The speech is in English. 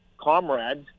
comrades